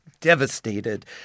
devastated